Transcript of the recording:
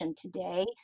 today